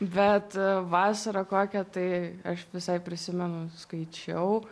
bet vasarą kokią tai aš visai prisimenu skaičiau